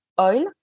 oil